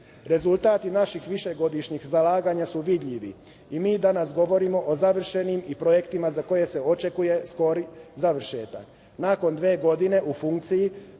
sata. Rezultati naših višegodišnjih zalaganja su vidljivi i mi danas govorimo o završenim i projektima za koje se očekuje skori završetak. Nakon dve godine u funkciji